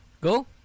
Go